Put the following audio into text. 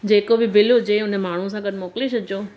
जेको बि बिल हुजे हुन माण्हुअ सां गॾु मोकिले छॾिजो